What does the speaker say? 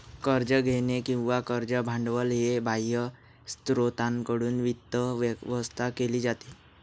कर्ज घेणे किंवा कर्ज भांडवल हे बाह्य स्त्रोतांकडून वित्त व्यवस्था केली जाते